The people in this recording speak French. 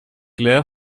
clair